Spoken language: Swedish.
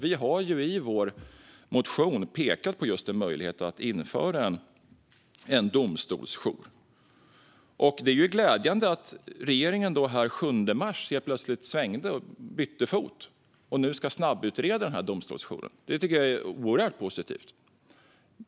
I vår motion har vi pekat på en möjlighet att införa en domstolsjour. Det är glädjande att regeringen den 7 mars helt plötsligt svängde och bytte fot. Nu ska man snabbutreda möjligheten till en domstolsjour. Det är oerhört positivt.